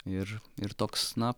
ir ir toks na